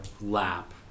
lap